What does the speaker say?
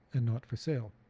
and not for sale.